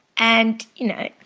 and you know,